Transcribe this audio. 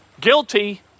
Guilty